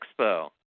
Expo